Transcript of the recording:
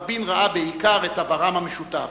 רבין ראה בעיקר את עברם המשותף: